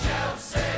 Chelsea